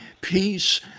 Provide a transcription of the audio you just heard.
peace